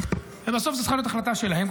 ובסוף זאת צריכה להיות החלטה שלהם.